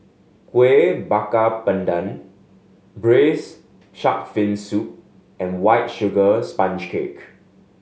Kueh Bakar Pandan Braised Shark Fin Soup and White Sugar Sponge Cake